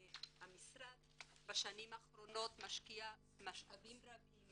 המשרד משקיע בשנים האחרונות משאבים רבים